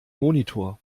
monitor